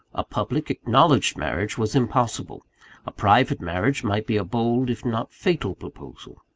a public, acknowledged marriage was impossible a private marriage might be a bold, if not fatal proposal.